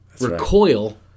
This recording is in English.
recoil